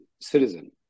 citizen